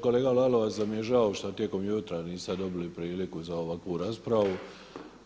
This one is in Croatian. kolega Lalovac da mi je žao što tokom jutra niste dobili priliku za ovakvu raspravu